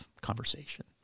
conversation